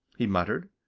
he muttered.